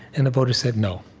and the voters said, no.